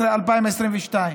בדצמבר 2022,